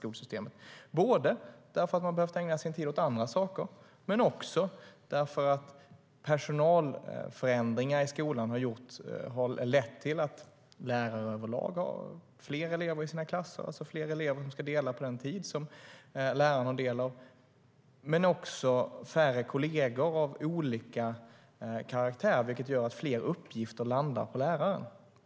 Det har handlat om att lärarna har behövt ägna sin tid åt andra saker och om att personalförändringar i skolan har lett till att lärare överlag har fler elever i klasserna. Fler elever ska dela på den tid som läraren har. Men lärarna har också färre kolleger av olika karaktär, vilket gör att fler uppgifter landar på läraren.